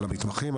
על המתמחים,